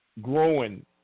growing